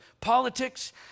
politics